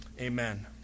Amen